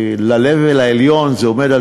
ל-level העליון, זה עומד על